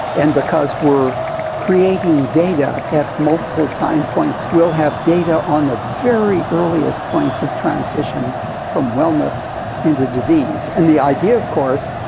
and because we're creating data at multiple time points we'll have data on the very earliest points of transition from wellness into disease, and the idea, of course,